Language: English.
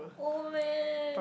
oh man